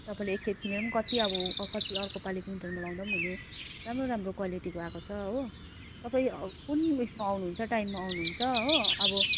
तपाईँले एक खेप किने कति अब अर्को पालि विन्टरमा लगाउँदा हुने राम्रो राम्रो क्वालिटीको आएको छ हो तपाईँ अब कुन उयसमा आउनु हुन्छ टाइममा आउनु हुन्छ हो अब